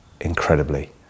incredibly